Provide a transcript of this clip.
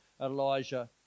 elijah